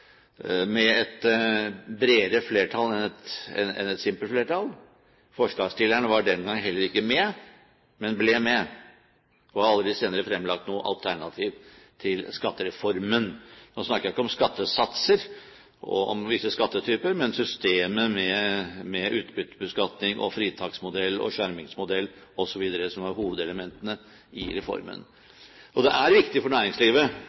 med et bredere flertall enn et simpelt flertall. Forslagsstilleren var heller ikke den gang med, men ble med, og har aldri senere fremlagt noe alternativ til skattereformen. Nå snakker jeg ikke om skattesatser og om visse skattetyper, men om systemet med utbyttebeskatning, fritaksmodell, skjermingsmodell osv., som er hovedelementene i reformen. Det er viktig for næringslivet